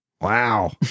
Wow